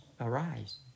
arise